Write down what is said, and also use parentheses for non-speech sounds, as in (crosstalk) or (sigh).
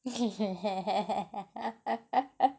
(laughs) (laughs)